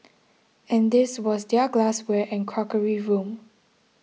and this was their glassware and crockery room